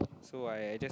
so I just